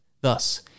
Thus